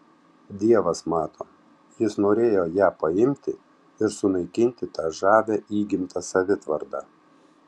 dievas mato jis norėjo ją paimti ir sunaikinti tą žavią įgimtą savitvardą